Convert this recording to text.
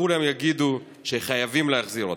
כולם יגידו שחייבים להחזיר אותם.